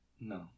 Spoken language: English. No